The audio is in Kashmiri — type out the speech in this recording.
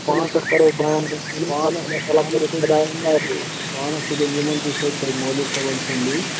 پانَس سۭتۍ یِمَن تہِ مولوی صٲبَن تھٲے زیو ؤنِتھ